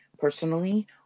personally